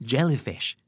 Jellyfish